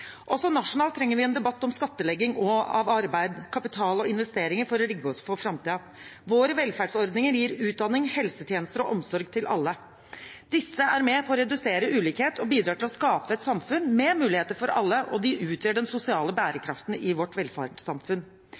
Også nasjonalt trenger vi en debatt om skattlegging av arbeid, kapital og investeringer for å rigge oss for framtiden. Våre velferdsordninger gir utdanning, helsetjenester og omsorg til alle. Disse er med på å redusere ulikhet, de bidrar til å skape et samfunn med muligheter for alle, og de utgjør den sosiale bærekraften i vårt velferdssamfunn.